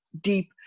deep